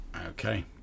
okay